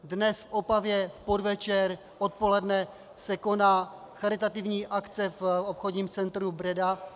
Dnes v Opavě v podvečer, odpoledne, se koná charitativní akce v obchodním centru Breda